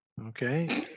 Okay